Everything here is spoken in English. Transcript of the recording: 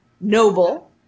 noble